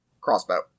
Crossbow